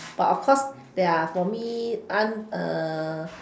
but of course there are for me un~ uh